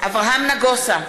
אברהם נגוסה,